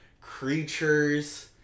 creatures